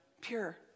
pure